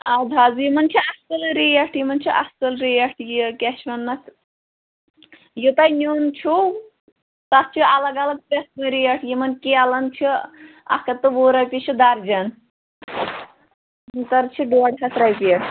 اَدٕ حظ یِمَن چھِ اَصٕل ریٹ یِمَن چھِ اَصٕل ریٹ یہِ کیٛاہ چھِ وَنان اَتھ یہِ تۄہہِ نِیُن چھُو تَتھ چھُ الگ الگ پرٛٮ۪تھ کُنہِ ریٹ یِمَن کیلَن چھِ اَکھ ہَتھ تہٕ وُہ رۄپیہِ چھِ درجَن سَنگتر چھِ ڈۄڈ ہَتھ رۄپیہِ